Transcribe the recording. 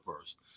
first